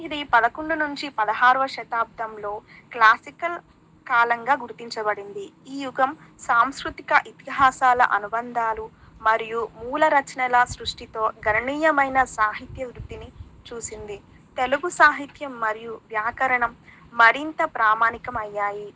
ఇది పదకొండు నుంచి పదహారవ శతాబ్దంలో క్లాసికల్ కాలంగా గుర్తించబడింది ఈ యుగం సాంస్కృతిక ఇతిహాసాల అనుబంధాలు మరియు మూల రచనల సృష్టితో గణనీయమైన సాహిత్య వృద్ధిని చూసింది తెలుగు సాహిత్యం మరియు వ్యాకరణం మరింత ప్రామానికమయ్యాయి